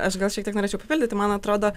aš gal šiek tiek norėčiau papildyti man atrodo